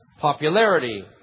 popularity